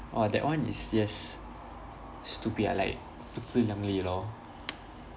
orh that one is yes stupid ah like 不自量力 lor